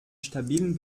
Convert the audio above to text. stabilen